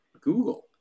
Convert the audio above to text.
Google